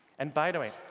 and by the way,